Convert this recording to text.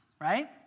right